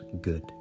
good